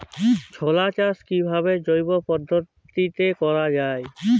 ছোলা চাষ কিভাবে জৈব পদ্ধতিতে করা যায়?